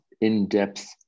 in-depth